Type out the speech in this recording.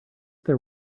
there